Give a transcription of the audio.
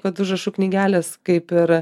kad užrašų knygelės kaip ir